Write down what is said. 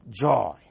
joy